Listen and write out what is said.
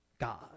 God